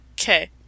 Okay